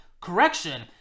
correction